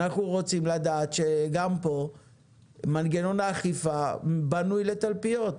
אנחנו רוצים לדעת שגם פה מנגנון האכיפה בנוי לתלפיות,